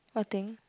what thing